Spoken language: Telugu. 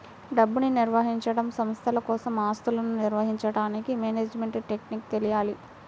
డబ్బుని నిర్వహించడం, సంస్థల కోసం ఆస్తులను నిర్వహించడానికి మేనేజ్మెంట్ టెక్నిక్స్ తెలియాలి